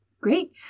Great